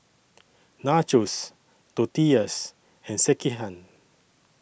Nachos Tortillas and Sekihan